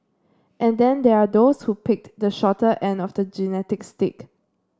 and then there are those who picked the shorter end of the genetic stick